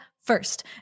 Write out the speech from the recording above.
first